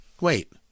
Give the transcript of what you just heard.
Wait